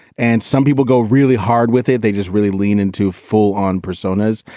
and some people go really hard with it. they just really lean into full on personas.